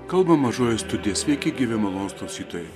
kalba mažoji studija sveiki gyvi malonūs klausytojai